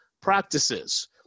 practices